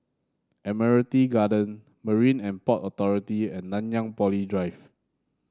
Admiralty Garden Marine And Port Authority and Nanyang Poly Drive